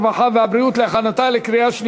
הרווחה והבריאות נתקבלה.